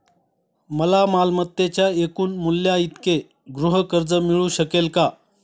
मला मालमत्तेच्या एकूण मूल्याइतके गृहकर्ज मिळू शकेल का?